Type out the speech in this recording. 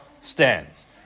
stands